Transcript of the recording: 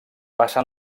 passen